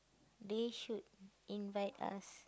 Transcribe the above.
they should invite us